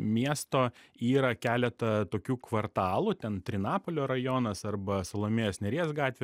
miesto yra keletą tokių kvartalų ten trinapolio rajonas arba salomėjos nėries gatvė